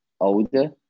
older